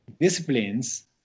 disciplines